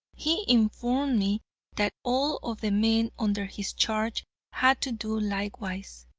he informed me that all of the men under his charge had to do likewise.